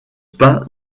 pas